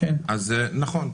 אז נכון,